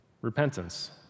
repentance